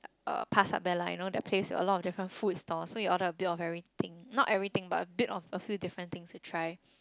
uh Pasarbella you know the place with a lot of different kind of food stalls so you order a bit of everything not everything but a bit of a few different things to try